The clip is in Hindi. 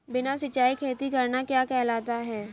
बिना सिंचाई खेती करना क्या कहलाता है?